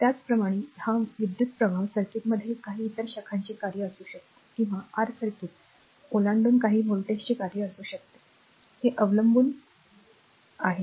त्याचप्रमाणे हा विद्युतप्रवाह सर्किटमधील काही इतर शाखांचे कार्य असू शकतो किंवा r सर्किट ओलांडून काही व्होल्टेजचे कार्य असू शकते हे अवलंबून आहेत